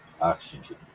oxygen